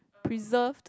preserved